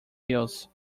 hills